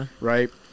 right